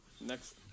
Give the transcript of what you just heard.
Next